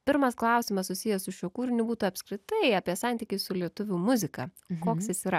pirmas klausimas susijęs su šiuo kūriniu būtų apskritai apie santykį su lietuvių muzika koks jis yra